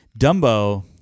Dumbo